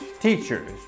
Teachers